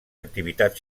activitats